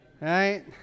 Right